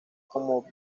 como